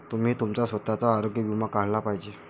तुम्ही तुमचा स्वतःचा आरोग्य विमा काढला पाहिजे